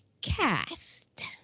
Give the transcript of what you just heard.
cast